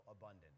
abundant